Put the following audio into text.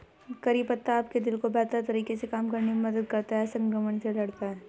करी पत्ता आपके दिल को बेहतर तरीके से काम करने में मदद करता है, संक्रमण से लड़ता है